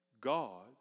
God